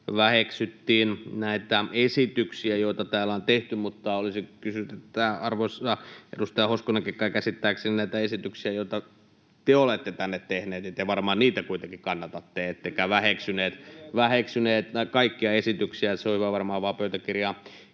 väheksyttiin näitä esityksiä, joita täällä on tehty. Mutta olisin kysynyt arvoisalta edustaja Hoskoselta: kai, käsittääkseni, te näitä esityksiä, joita te olette tänne tehneet, varmaan kuitenkin kannatatte ettekä väheksynyt näitä kaikkia esityksiä? Se on hyvä varmaan vaan pöytäkirjaan